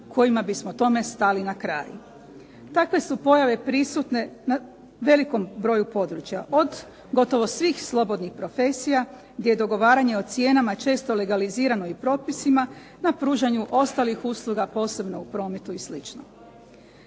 kojima bismo tome stali na kraj. Takve su pojave prisutne na velikom broju područja, od gotovo svih slobodnih profesija, gdje dogovaranje o cijenama često legalizirano i propisima na pružanju ostalih usluga, posebno u prometu i